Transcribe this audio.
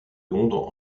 londres